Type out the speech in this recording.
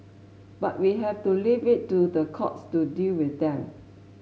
but we have to leave it to the courts to deal with them